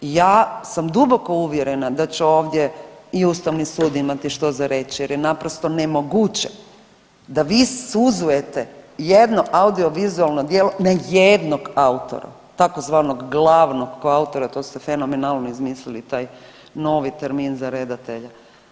Ja sam duboko uvjerena da će ovdje i Ustavni sud imati što za reći jer je naprosto nemoguće da vi suzujute jedno audiovizualno djelo na jednog autora tzv. glavnog koautora, to ste fenomenalno izmislili taj novi termin za redatelje.